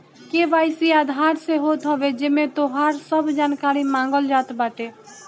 KYC Aadhaar से होत हवे जेमे तोहार सब जानकारी मांगल जात बाटे